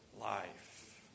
life